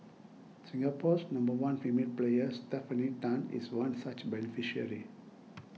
Singapore's number one female player Stefanie Tan is one such beneficiary